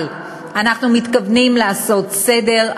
אבל אנחנו מתכוונים לעשות סדר,